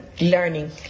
learning